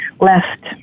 left